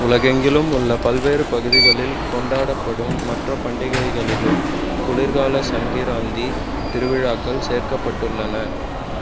உலகெங்கிலும் உள்ள பல்வேறு பகுதிகளில் கொண்டாடப்படும் மற்ற பண்டிகைகளிலும் குளிர்கால சங்கராந்தி திருவிழாக்கள் சேர்க்கப்பட்டுள்ளன